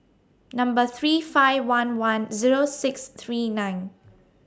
Number three five one one Zero six three nine